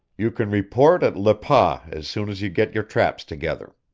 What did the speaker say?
you can report at le pas as soon as you get your traps together.